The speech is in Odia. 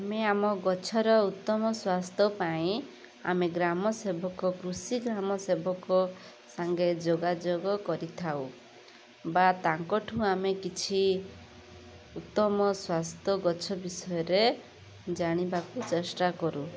ଆମେ ଆମ ଗଛର ଉତ୍ତମ ସ୍ୱାସ୍ଥ୍ୟ ପାଇଁ ଆମେ ଗ୍ରାମ ସେବକ କୃଷି ଗ୍ରାମ ସେବକ ସାଙ୍ଗେ ଯୋଗାଯୋଗ କରିଥାଉ ବା ତାଙ୍କଠୁ ଆମେ କିଛି ଉତ୍ତମ ସ୍ୱାସ୍ଥ୍ୟ ଗଛ ବିଷୟରେ ଜାଣିବାକୁ ଚେଷ୍ଟା କରୁ